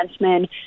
defensemen